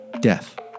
death